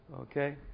Okay